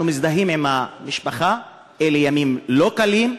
אנחנו מזדהים עם המשפחה, אלה ימים לא קלים,